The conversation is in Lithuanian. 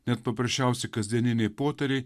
net paprasčiausi kasdieniniai poteriai